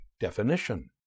definition